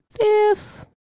Fifth